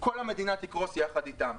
כל המדינה תקרוס יחד איתם.